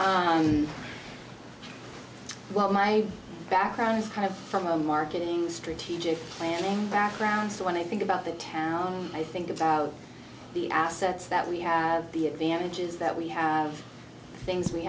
what my background is kind of from a marketing strategic planning background so when i think about the town i think about the assets that we have the advantages that we have things we